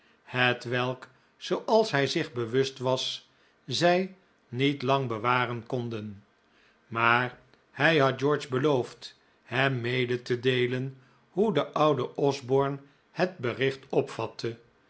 hetwelk zooals hij zich bewust was zij niet lang bewaren konden maar hij had george beloofd hem mede te deelen hoe de oude osborne het bericht opvatte